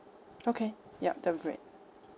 okay yup that'll be great